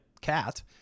Cat